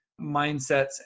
mindsets